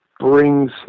brings